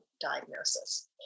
diagnosis